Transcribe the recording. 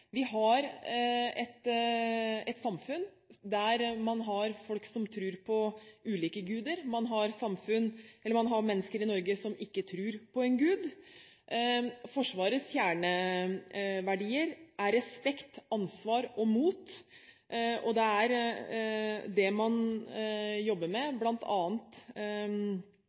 vi har i Norge. Vi har et samfunn der folk tror på ulike guder. Man har mennesker i Norge som ikke tror på en gud. Forsvarets kjerneverdier er respekt, ansvar og mot, og det er det man jobber med,